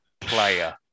player